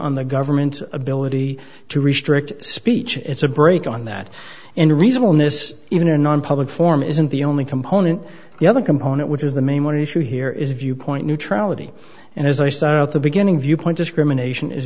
on the government ability to restrict speech it's a break on that in a reasonable miss even a nonpublic form isn't the only component the other component which is the main one issue here is viewpoint neutrality and as i start out the beginning viewpoint discrimination is